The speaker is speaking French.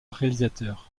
réalisateur